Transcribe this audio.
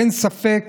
אין ספק